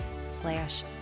slash